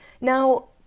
Now